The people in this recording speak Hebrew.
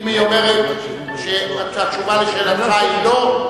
אם היא אומרת שהתשובה לשאלתך היא לא,